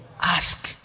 Ask